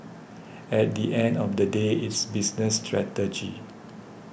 at the end of the day it's business strategy